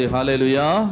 Hallelujah